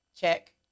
check